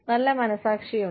നല്ല മനസ്സാക്ഷിയുണ്ട്